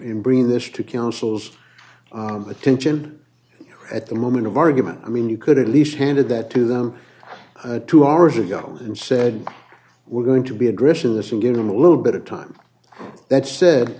in bringing this to council's attention at the moment of argument i mean you could at least handed that to them two hours ago and said we're going to be aggressive this in give them a little bit of time that said